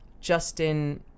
Justin